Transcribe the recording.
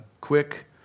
quick